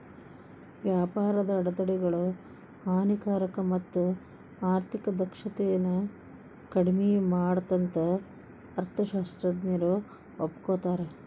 ವ್ಯಾಪಾರದ ಅಡೆತಡೆಗಳು ಹಾನಿಕಾರಕ ಮತ್ತ ಆರ್ಥಿಕ ದಕ್ಷತೆನ ಕಡ್ಮಿ ಮಾಡತ್ತಂತ ಅರ್ಥಶಾಸ್ತ್ರಜ್ಞರು ಒಪ್ಕೋತಾರ